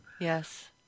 Yes